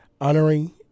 honoring